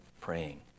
praying